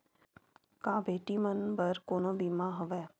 का बेटी मन बर कोनो बीमा हवय?